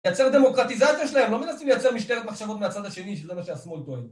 לייצר דמוקרטיזציה שלהם, לא מנסים לייצר משטרת מחשבות מהצד השני, שזה מה שהשמאל טוען.